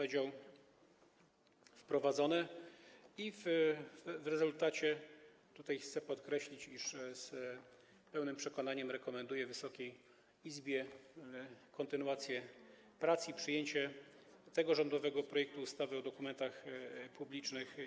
W rezultacie, co chcę podkreślić, z pełnym przekonaniem rekomenduję Wysokiej Izbie kontynuację prac i przyjęcie tego rządowego projektu ustawy o dokumentach publicznych.